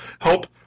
help